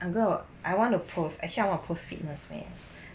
I gon~ I want to post actually I want to post fitness wear